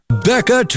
Becca